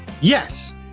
Yes